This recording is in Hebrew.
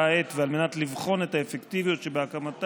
העת ועל מנת לבחון את האפקטיביות שבהקמתם,